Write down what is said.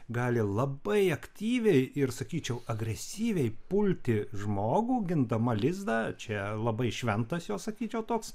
gali labai aktyviai ir sakyčiau agresyviai pulti žmogų gindama lizdą čia labai šventas jos sakyčiau toks